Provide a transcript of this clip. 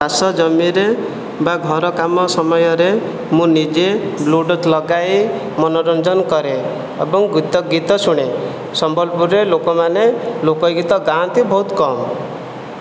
ଚାଷ ଜମିରେ ବା ଘର କାମ ସମୟରେ ମୁଁ ନିଜେ ବ୍ଲୁଟୁଥ୍ ଲଗାଇ ମନୋରଞ୍ଜନ କରେ ଏବଂ ଗୀତ ଗୀତ ଶୁଣେ ସମ୍ବଲପୁରରେ ଲୋକମାନେ ଲୋକଗୀତ ଗାଆନ୍ତି ବହୁତ କମ୍